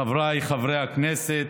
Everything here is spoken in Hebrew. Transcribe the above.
חבריי חברי הכנסת,